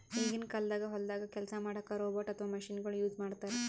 ಈಗಿನ ಕಾಲ್ದಾಗ ಹೊಲ್ದಾಗ ಕೆಲ್ಸ್ ಮಾಡಕ್ಕ್ ರೋಬೋಟ್ ಅಥವಾ ಮಷಿನಗೊಳು ಯೂಸ್ ಮಾಡ್ತಾರ್